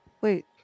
Wait